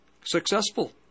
Successful